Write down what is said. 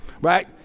right